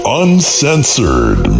uncensored